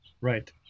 Right